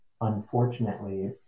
unfortunately